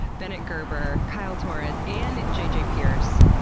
bennett gerber, kylie torres, and jj pierce.